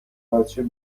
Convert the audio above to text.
بچش